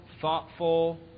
thoughtful